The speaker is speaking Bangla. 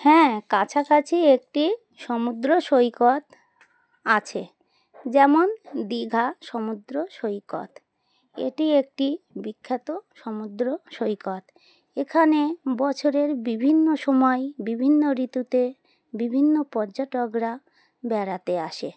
হ্যাঁ কাছাকাছি একটি সমুদ্র সৈকত আছে যেমন দীঘা সমুদ্র সৈকত এটি একটি বিখ্যাত সমুদ্র সৈকত এখানে বছরের বিভিন্ন সময় বিভিন্ন ঋতুতে বিভিন্ন পর্যটকরা বেড়াতে আসে